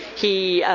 he um,